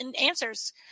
Answers